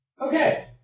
Okay